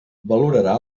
valorarà